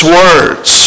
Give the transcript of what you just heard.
words